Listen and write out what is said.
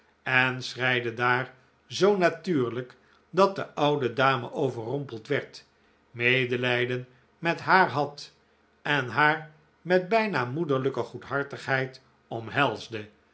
en schreide daar zoo natuurlijk dat de oude dame overrompeld werd medelijden met haar had en haar met bijna moederlijke goedhartigheid omhelsde